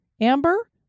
Amber